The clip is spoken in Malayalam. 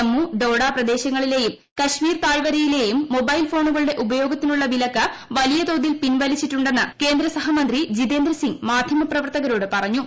ജമ്മൂർഡോഡ പ്രദേശങ്ങളിലേയും കശ്മീർ താഴ്വരയിലേയും മൊക്കബ്ൽ ഫോണുകളുടെ ഉപയോഗത്തിനുള്ള വിലക്ക് വലിയ ഒരളവോളം പിൻവലിച്ചിട്ടുണ്ടെന്ന് കേന്ദ്രസഹമന്ത്രി ജിതേന്ദ്ര സിംഗ് മാധ്യമ പ്രവർത്തകരോട് പറഞ്ഞു